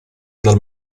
dal